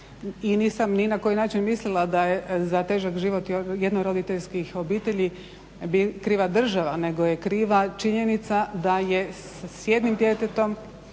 i nisam ni na koji način mislila da je za težak život jednoroditeljskih obitelji kriva država nego je kriva činjenica da je s jednim djetetom